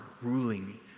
ruling